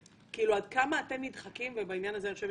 עד כמה אתם נדחקים ובעניין הזה אני חושבת